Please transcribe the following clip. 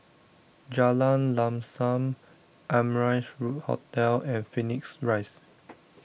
Jalan Lam Sam Amrise room Hotel and Phoenix Rise